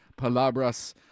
Palabras